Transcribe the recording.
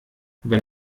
wenn